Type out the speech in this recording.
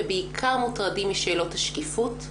ובעיקר מוטרדים משאלות השקיפות.